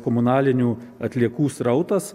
komunalinių atliekų srautas